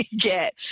get